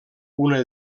una